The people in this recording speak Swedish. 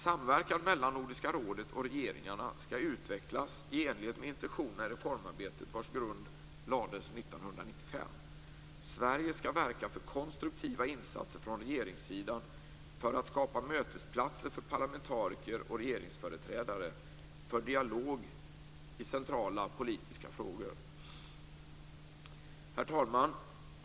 Samverkan mellan Nordiska rådet och regeringarna skall utvecklas i enlighet med intentionerna i reformarbetet vars grund lades 1995. Sverige skall verka för konstruktiva insatser från regeringssidan för att skapa mötesplatser för parlamentariker och regeringsföreträdare för dialog i centrala politiska frågor. Herr talman!